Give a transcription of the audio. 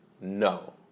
No